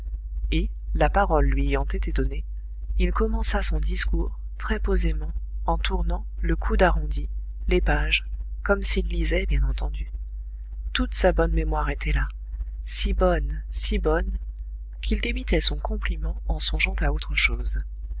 et la parole lui ayant été donnée il commença son discours très posément en tournant le coude arrondi les pages comme s'il lisait bien entendu toute sa bonne mémoire était là si bonne si bonne qu'il débitait son compliment en songeant à autre chose